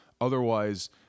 Otherwise